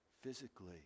physically